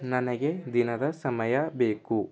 ನನಗೆ ದಿನದ ಸಮಯ ಬೇಕು